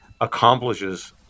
accomplishes